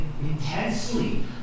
intensely